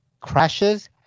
crashes